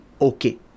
okay